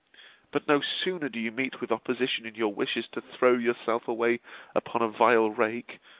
but no sooner do you meet with opposition in your wishes to throw yourself away upon a vile rake,